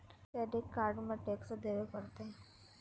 Credit card में टेक्सो देवे परते?